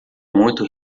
muito